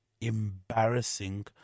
embarrassing